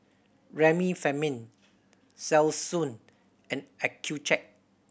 Remifemin Selsun and Accucheck